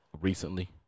recently